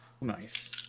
Nice